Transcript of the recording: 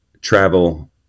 travel